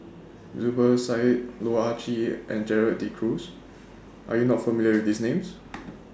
Zubir Said Loh Ah Chee and Gerald De Cruz Are YOU not familiar with These Names